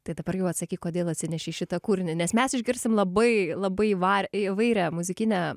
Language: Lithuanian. tai dabar jau atsakyk kodėl atsinešei šitą kūrinį nes mes išgirsim labai labai įvar įvairią muzikinę